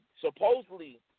Supposedly